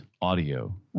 audio